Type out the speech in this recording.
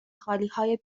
خالیهای